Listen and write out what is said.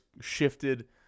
shifted